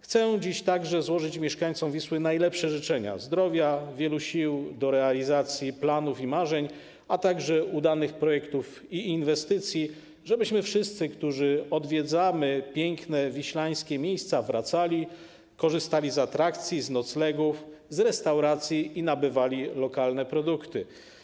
Chcę dziś także złożyć mieszkańcom Wisły najlepsze życzenia zdrowia i wielu sił do realizacji planów i marzeń, a także udanych projektów i inwestycji, żebyśmy wszyscy, którzy odwiedzamy piękne wiślańskie miejsca, wracali, korzystali z atrakcji, z noclegów, z restauracji i nabywali lokalne produkty.